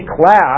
class